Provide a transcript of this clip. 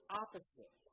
opposite